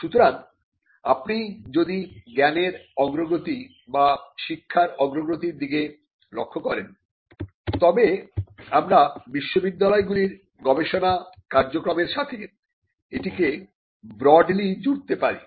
সুতরাং আপনি যদি জ্ঞানের অগ্রগতি বা শিক্ষার অগ্রগতির দিকে লক্ষ্য করেন তবে আমরা বিশ্ববিদ্যালয়গুলির গবেষণা কার্যক্রমের সাথে এটিকে ব্রডলি জুড়তে পারি